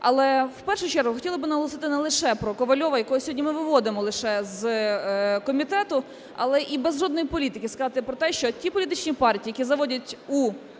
Але в першу чергу хотіла наголосити не лише про Ковальова, якого сьогодні ми виводимо лише з комітету, але і без жодної політики сказати про те, що ті політичні партії, які заводять у Верховну